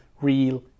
real